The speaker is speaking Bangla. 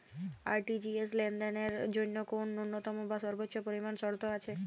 আর.টি.জি.এস লেনদেনের জন্য কোন ন্যূনতম বা সর্বোচ্চ পরিমাণ শর্ত আছে?